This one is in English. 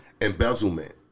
embezzlement